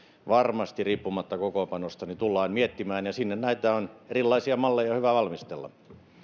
varmasti riippumatta kokoonpanosta tullaan miettimään ja sinne näitä erilaisia malleja on hyvä valmistella